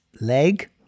Leg